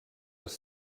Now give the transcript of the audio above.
les